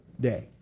day